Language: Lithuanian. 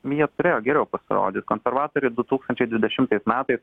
jie turėjo geriau pasirodyt konservatoriai du tūkstančiai dvidešimtais metais